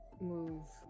move